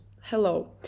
hello